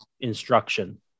instruction